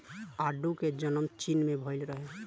आडू के जनम चीन में भइल रहे